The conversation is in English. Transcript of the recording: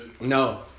No